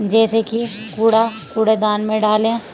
جیسے کہ کوڑا کوڑے دان میں ڈالیں